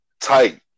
tight